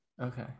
Okay